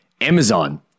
Amazon